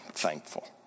thankful